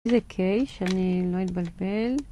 איזה קייס שאני לא אתבלבל.